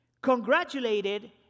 congratulated